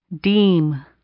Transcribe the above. Deem